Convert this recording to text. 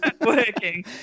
working